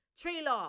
trailer